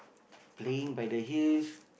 playing by the hills